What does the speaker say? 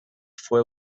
fue